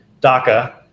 DACA